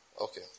Okay